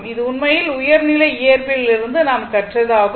இது உண்மையில் உயர் நிலை இயற்பியலில் இருந்து நாம் கற்றது ஆகும்